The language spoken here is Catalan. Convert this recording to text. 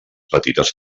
petites